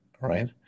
right